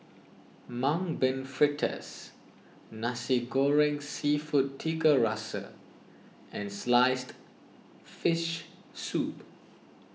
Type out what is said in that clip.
Mung Bean Fritters Nasi Goreng Seafood Tiga Rasa and Sliced Fish Soup